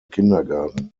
kindergarten